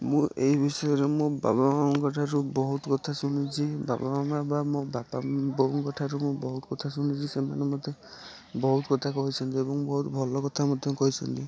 ମୁଁ ଏହି ବିଷୟରେ ମୋ ବାବା ମାମା ଠାରୁ ବହୁତ କଥା ଶୁଣିଛି ବାବା ମାମା ବା ମୋ ବାପା ବୋଉଙ୍କ ଠାରୁ ମୁଁ ବହୁତ କଥା ଶୁଣିଛି ସେମାନେ ମୋତେ ବହୁତ କଥା କହିଛନ୍ତି ଏବଂ ବହୁତ ଭଲ କଥା ମଧ୍ୟ କହିଛନ୍ତି